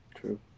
true